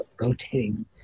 rotating